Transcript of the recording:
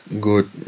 good